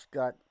got